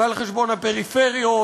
ועל חשבון הפריפריות,